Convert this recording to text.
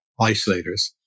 isolators